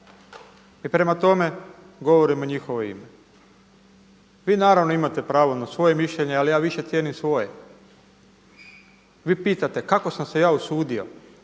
I prema tome, govorim u njihovo ime. Vi naravno imate pravo na svoje mišljenje, ali ja više cijenim svoje. Vi pitate kako sam se ja usudio?